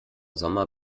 sommer